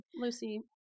Lucy